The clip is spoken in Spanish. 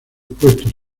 puestos